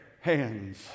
hands